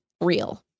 real